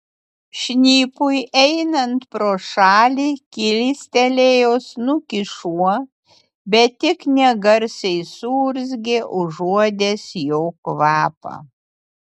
šnipui einant pro šalį kilstelėjo snukį šuo bet tik negarsiai suurzgė užuodęs jo kvapą